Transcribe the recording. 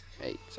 Eight